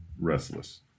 restless